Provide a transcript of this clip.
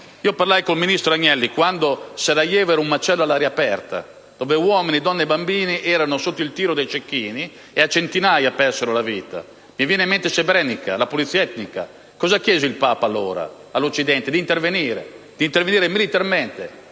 Parlai con il ministro Agnelli, quando Sarajevo era un macello all'aria aperta, dove uomini, donne e bambini erano sotto il tiro dei cecchini. Persero la vita a centinaia. Mi vengano in mente Srebrenica e la pulizia etnica. Cosa chiese il Papa, allora, all'Occidente? Di intervenire militarmente